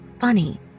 funny